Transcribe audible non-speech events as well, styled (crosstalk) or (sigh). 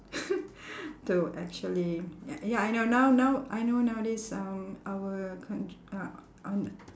(noise) to actually ya ya I know now now I know nowadays um our count~ uh on